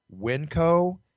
Winco